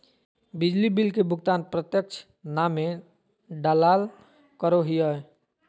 बिजली बिल के भुगतान प्रत्यक्ष नामे डालाल करो हिय